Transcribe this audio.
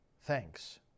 Thanks